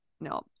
no